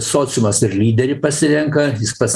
sociumas ir lyderį pasirenka jis pats